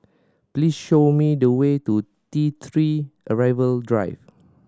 please show me the way to T Three Arrival Drive